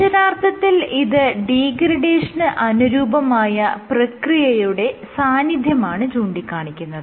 അക്ഷരാർത്ഥത്തിൽ ഇത് ഡീഗ്രഡേഷന് അനുരൂപമായ പ്രക്രിയയുടെ സാന്നിധ്യമാണ് ചൂണ്ടിക്കാണിക്കുന്നത്